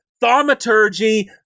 thaumaturgy